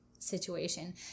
situation